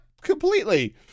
completely